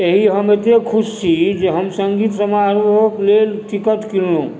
एहि हम एतेक खुश छी जे हम संगीत समारोहक लेल टिकट कीनलहुॅं